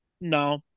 No